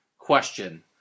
Question